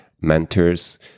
mentors